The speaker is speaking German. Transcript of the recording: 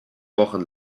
wochen